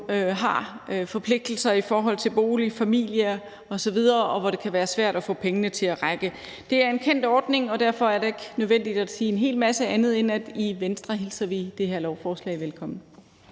har forpligtelser i forhold til bolig, familie osv., og hvor det kan være svært at få pengene til at række. Det er en kendt ordning, og derfor er det heller ikke nødvendigt at sige en hel masse andet, end at vi i Venstre hilser det her lovforslag velkommen.